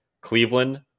Cleveland